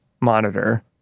monitor